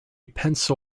pencil